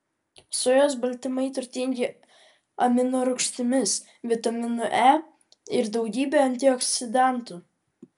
sojos baltymai turtingi aminorūgštimis vitaminu e ir daugybe antioksidantų